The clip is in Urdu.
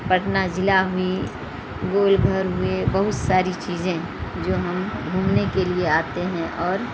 پٹنہ ضلع ہوئی گول گھر ہوئے بہت ساری چیزیں جو ہم گھومنے کے لیے آتے ہیں اور